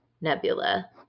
Nebula